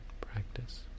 practice